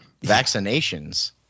Vaccinations